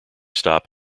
stop